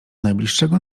najbliższego